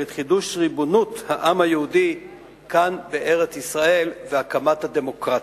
את חידוש ריבונות העם היהודי כאן בארץ-ישראל ואת הקמת הדמוקרטיה.